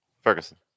Ferguson